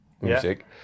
music